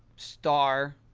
star,